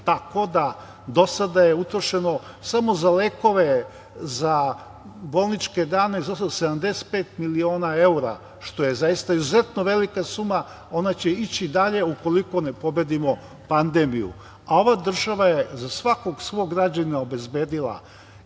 tako da do sada je utrošeno samo za lekove, za bolničke dane 75 miliona evra, što je zaista izuzetno velika suma. Ona će ići dalje ukoliko ne pobedimo pandemiju, a ova država je za svakog svog građanina obezbedila